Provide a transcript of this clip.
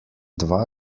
dva